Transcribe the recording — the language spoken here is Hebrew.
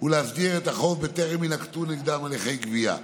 ולהסדיר את החוב בטרם יינקטו נגדם הליכי גבייה,